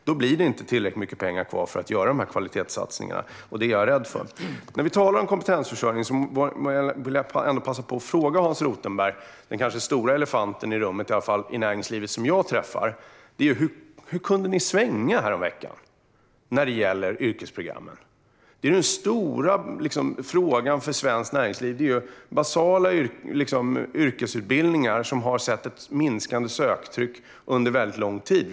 Det blir inte tillräckligt mycket pengar kvar för att göra de här kvalitetssatsningarna, och det är jag rädd för. När vi nu talar om kompetensförsörjning vill jag ändå passa på att fråga Hans Rothenberg om den stora elefanten i rummet när jag träffar näringslivet. Hur kunde ni svänga häromveckan när det gällde yrkesprogrammen? Den stora frågan för svenskt näringsliv är basala yrkesutbildningar som har sett ett minskande söktryck under lång tid.